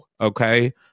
okay